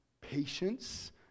patience